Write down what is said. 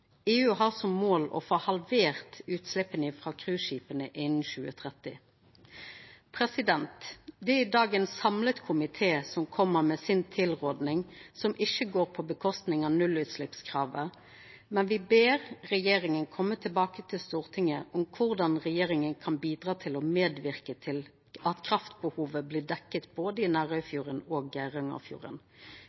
EU har som mål å få halvert utsleppa frå cruiseskipa innan 2030. Det er i dag ein samla komité som kjem med si tilråding, som ikkje går ut over nullutsleppskravet, men me ber regjeringa koma tilbake til Stortinget om korleis regjeringa kan bidra til å medverka til at kraftbehovet blir dekt, både i Nærøyfjorden og